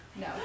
No